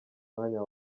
mwanya